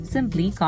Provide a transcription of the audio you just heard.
Simply